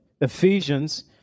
Ephesians